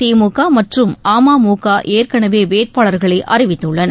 திமுக மற்றும் அமுக ஏற்கனவே வேட்பாளர்களை அறிவித்துள்ளன